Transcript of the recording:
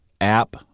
App